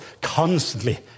constantly